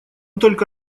только